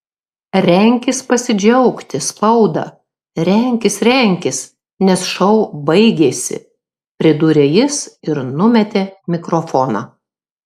renkis pasidžiaugti spauda renkis renkis nes šou baigėsi pridūrė jis ir numetė mikrofoną